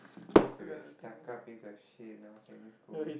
used to be a stuck up piece of shit when I was in secondary school